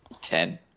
Ten